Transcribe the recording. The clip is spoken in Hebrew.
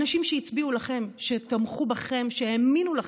אנשים שהצביעו לכם, שתמכו בכם, שהאמינו לכם,